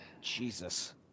Jesus